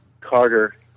Carter